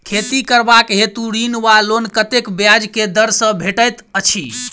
खेती करबाक हेतु ऋण वा लोन कतेक ब्याज केँ दर सँ भेटैत अछि?